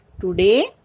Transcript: Today